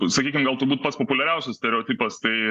sakykim gal turbūt pats populiariausias stereotipas tai